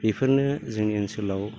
बिफोरनो जोंनि ओनसोलाव